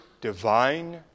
divine